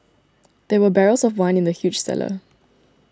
there were barrels of wine in the huge cellar